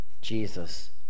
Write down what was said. Jesus